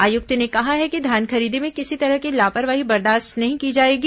आयुक्त ने कहा है कि धान खरीदी में किसी तरह की लापरवाही बर्दाश्त नहीं की जाएगी